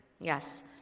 Yes